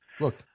look